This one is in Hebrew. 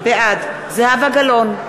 בעד זהבה גלאון,